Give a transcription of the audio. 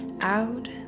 out